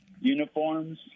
uniforms